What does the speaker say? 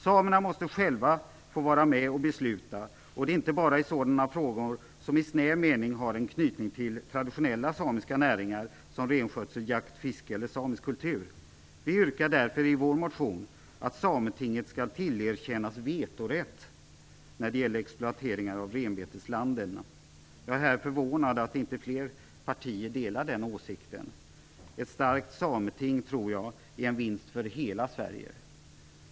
Samerna måste själva få vara med och besluta, inte bara i sådana frågor som i snäv mening har en knytning till traditionella samiska näringar som renskötsel, jakt, fiske eller samisk kultur. Vi yrkar därför i vår motion att Sametinget tillerkänns vetorätt när det gäller exploatering av renbeteslanden. Jag är förvånad över att inte fler partier delar den åsikten. Jag tror att ett starkt sameting är en vinst för hela Sverige.